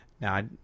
Now